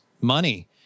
money